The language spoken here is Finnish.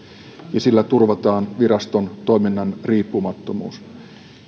ja sillä turvataan viraston toiminnan riippumattomuus